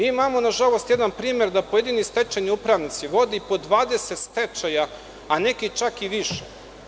Imamo jedan primer da pojedini stečajni upravnici vode po 20 stečaja, a neki čak i više.